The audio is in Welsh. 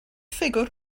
ffigwr